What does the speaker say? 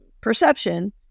perception